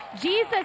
Jesus